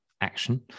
action